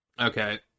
Okay